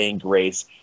grace